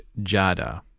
Jada